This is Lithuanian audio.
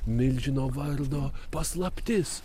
milžino vardo paslaptis